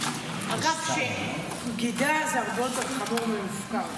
אגב, "בגידה" זה הרבה יותר חמור מ"מופקר".